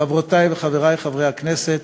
חברותי וחברי חברי הכנסת,